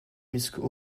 muscles